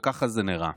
וככה זה נראה.